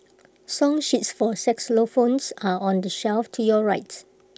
song sheets for xylophones are on the shelf to your right